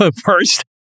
first